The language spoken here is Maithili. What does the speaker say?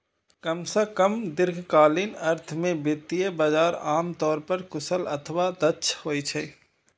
कम सं कम दीर्घकालीन अर्थ मे वित्तीय बाजार आम तौर पर कुशल अथवा दक्ष होइ छै